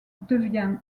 devient